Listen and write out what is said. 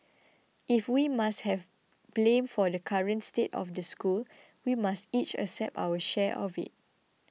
if we must have blame for the current state of the school we must each accept our share of it